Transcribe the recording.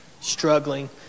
struggling